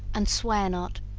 and swear not,